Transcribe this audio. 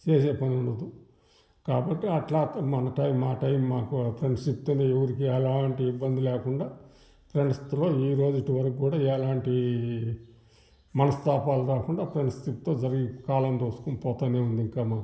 చేసే పనుండదు కాబట్టి అట్లా మన టైం మా టైం మాకు ఫ్రెండ్షిప్తోనే ఎవురికి ఎలాంటి ఇబ్బంది లేకుండా పరిస్థితులో ఈ రోజుటి వరకు కూడా ఎలాంటి మసస్తాపాలు రాకుండా ఫ్రెండ్షిప్తో జరి కాలం తోసుకొని పోతానే ఉంది ఇంకా మాకు